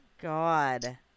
god